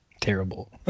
terrible